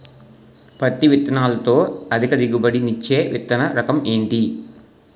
పత్తి విత్తనాలతో అధిక దిగుబడి నిచ్చే విత్తన రకం ఏంటి?